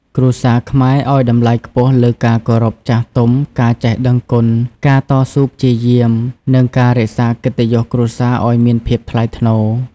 គ្រួសារខ្មែរឲ្យតម្លៃខ្ពស់លើ ការគោរពចាស់ទុំ ការចេះដឹងគុណ ការតស៊ូព្យាយាម និងការរក្សាកិត្តិយសគ្រួសារអោយមានភាពថ្លៃថ្នូរ។